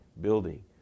building